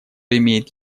имеет